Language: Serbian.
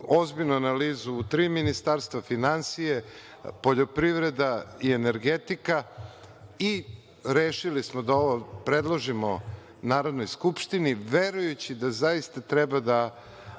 ozbiljnu analizu u tri ministarstva, finansije, poljoprivreda i energetika. Rešili smo da ovo predložimo Narodnoj skupštini, verujući da zaista treba da